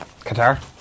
Qatar